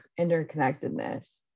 interconnectedness